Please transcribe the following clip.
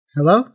Hello